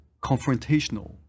confrontational